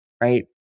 right